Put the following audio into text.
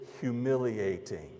humiliating